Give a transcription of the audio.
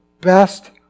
best